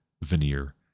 veneer